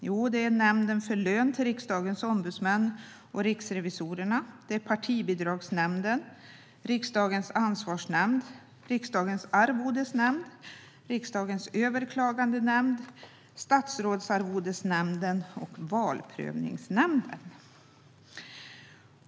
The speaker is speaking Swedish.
Jo, det är Nämnden för lön till riksdagens ombudsmän och riksrevisorerna, Partibidragsnämnden, Riksdagens ansvarsnämnd, Riksdagens arvodesnämnd, Riksdagens överklagandenämnd, Statsrådsarvodesnämnden och Valprövningsnämnden.